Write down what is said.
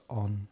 on